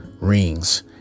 rings